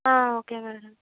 okay madam